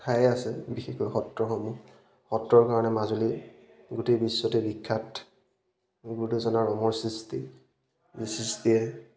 ঠাই আছে বিশেষকৈ সত্ৰসমূহ সত্ৰৰ কাৰণে মাজুলী গোটেই বিশ্বতে বিখ্যাত গুৰুদুজনাৰ অমৰ সৃষ্টি যি সৃষ্টিয়ে